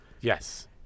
Yes